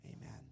Amen